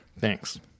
Thanks